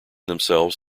themselves